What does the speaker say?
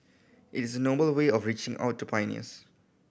it is noble way of reaching out to pioneers